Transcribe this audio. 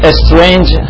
strange